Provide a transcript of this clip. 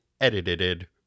edited